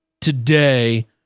today